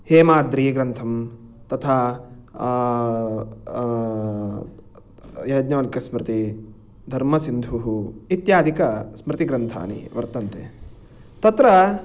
हेमाद्रिग्रन्थं तथा याज्ञवल्क्यस्मृति धर्मसिन्धुः इत्यादिकस्मृतिग्रन्थानि वर्तन्ते तत्र